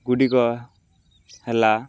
ଗୁଡ଼ିକ ହେଲା